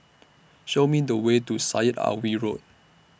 Show Me The Way to Syed Alwi Road